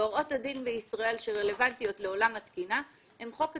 והוראות הדין בישראל שרלוונטיות לעולם התקינה הן חוק התקנים.